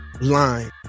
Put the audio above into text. line